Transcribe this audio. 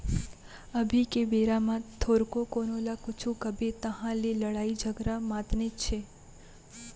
अभी के बेरा म थोरको कोनो ल कुछु कबे तहाँ ले लड़ई झगरा मातनेच हे